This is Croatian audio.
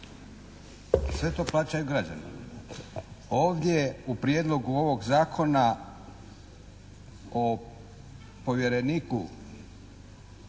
Sve to plaćaju građani. Ovdje u Prijedlogu ovog zakona o povjereniku